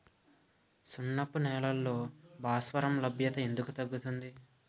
సున్నపు నేలల్లో భాస్వరం లభ్యత ఎందుకు తగ్గుతుంది?